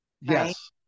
Yes